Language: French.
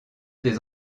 des